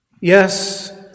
Yes